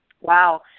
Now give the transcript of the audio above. Wow